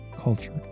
culture